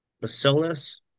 bacillus